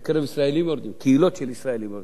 בקרב ישראלים יורדים, קהילות של ישראלים יורדים.